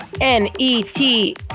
N-E-T